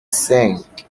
cinq